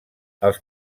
els